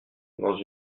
dans